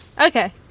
Okay